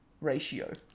ratio